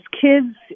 kids